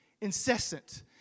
Incessant